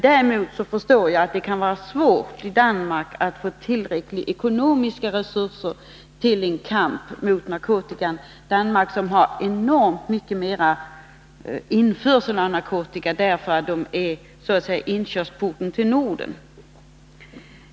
Däremot förstår jagatt det kan vara svårt i Danmark att få tillräckliga ekonomiska resurser för en kamp mot narkotikan — Danmark har ju enormt mycket större införsel av narkotika än övriga nordiska länder, därför att Danmark så att säga är inkörsporten till Norden.